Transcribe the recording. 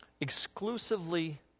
exclusively